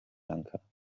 lanka